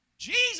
Jesus